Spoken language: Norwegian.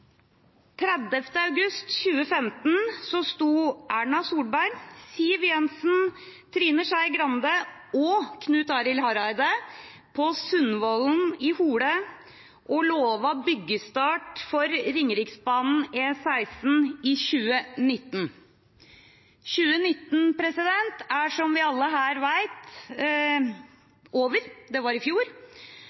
30. august 2015 sto Erna Solberg, Siv Jensen, Trine Skei Grande og Knut Arild Hareide på Sundvollen i Hole og lovte byggestart for Ringeriksbanen/E16 i 2019. 2019 er, som vi alle her vet, over – det var i fjor.